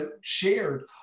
shared